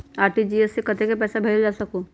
RTGS से कतेक पैसा भेजल जा सकहु???